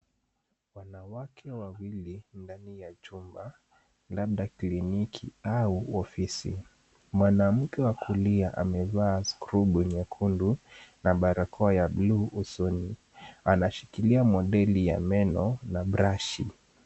Wanawake wawili ndani ya chumba labda kliniki au ofisi. Mwanamke wa kulia amevaa [c]skrabu[c] nyekundu na barakoa ya buluu usoni. Anashikilia [c]modeli[c] ya meno na brashi.